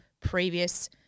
previous